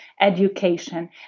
education